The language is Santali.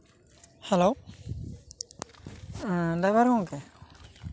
ᱦᱮᱞᱳ ᱰᱨᱟᱭᱵᱷᱟᱨ ᱜᱚᱢᱠᱮ